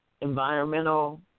environmental